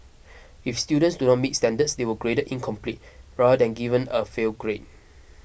if students do not meet standards they were graded incomplete rather than given a fail grade